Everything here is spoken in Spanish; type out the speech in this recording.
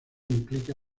implica